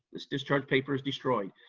this discharge paper is destroyed.